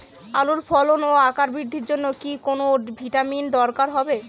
আলুর ফলন ও আকার বৃদ্ধির জন্য কি কোনো ভিটামিন দরকার হবে?